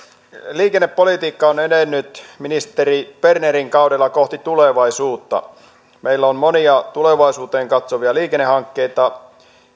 liikennepolitiikka on edennyt ministeri bernerin kaudella kohti tulevaisuutta meillä on monia tulevaisuuteen katsovia liikennehankkeita